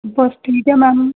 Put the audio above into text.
ਬਸ ਠੀਕ ਹੈ ਮੈਮ